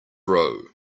row